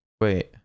wait